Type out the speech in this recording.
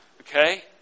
Okay